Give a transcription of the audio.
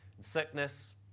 sickness